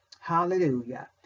Hallelujah